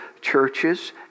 churches